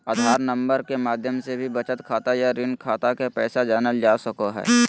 आधार number के माध्यम से भी बचत खाता या ऋण खाता के पैसा जानल जा सको हय